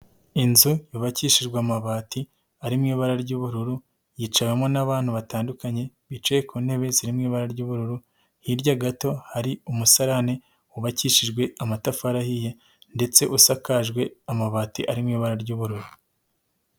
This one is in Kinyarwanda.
Inzu yubakishijwe amabati ari mu ibara ry'ubururu, yicawemo n'abantu batandukanye bicaye ku ntebe ziri mu ibara ry'ubururu, hirya gato hari umusarane wubakishijwe amatafari ahiye, ndetse usakajwe amabati ari mu ibara ry'ubururu.